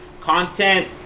content